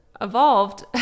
evolved